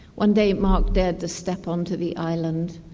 one day marc dared to step onto the island,